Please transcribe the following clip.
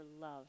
love